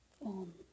on